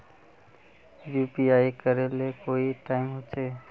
UPI करे ले कोई टाइम होचे?